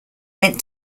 went